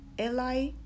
Eli